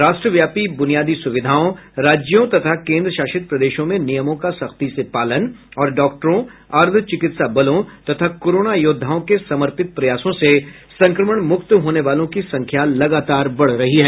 राष्ट्रव्यापी बुनियादी सुविधाओं राज्यों तथा केन्द्रशासित प्रदेशों में नियमों का सख्ती से पालन और डॉक्टरों अर्धचिकित्सा बलों तथा कोरोना योद्धाओं के समर्पित प्रयासों से संक्रमण मुक्त होने वालों की संख्या लगातार बढ रही है